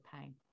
pain